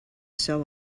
sell